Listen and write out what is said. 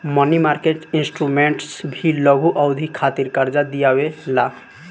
मनी market instruments भी लघु अवधि खातिर कार्जा दिअवावे ला